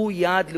הוא יעד לאומי.